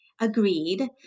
agreed